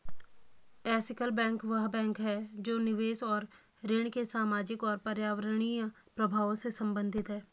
ethical bank वह bank है जो निवेश और ऋण के सामाजिक और पर्यावरणीय प्रभावों से संबंधित है